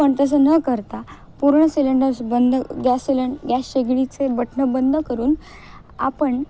पण तसं न करता पूर्ण सिलेंडर्स बंद गॅस सिलेंड गॅस शेगडीचे बटनं बंद करून आपण